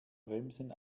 bremsen